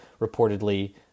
reportedly